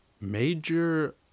Major